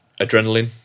Adrenaline